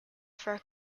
for